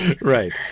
right